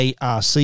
ARC